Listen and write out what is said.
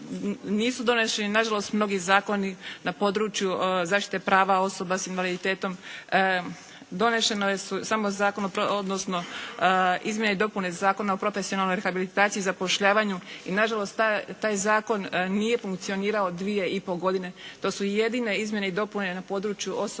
Nisu doneseni nažalost mnogi zakoni na području zaštite prava osoba s invaliditetom. Donesen je samo zakon odnosno izmjene i dopune Zakona o profesionalnoj rehabilitaciji i zapošljavanju. I nažalost, taj zakon nije funkcionirao dvije i pol godine. To su jedine izmjene i dopune na području osoba